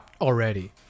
Already